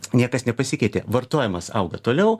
niekas nepasikeitė vartojimas auga toliau